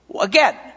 again